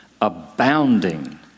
abounding